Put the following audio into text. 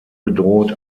bedroht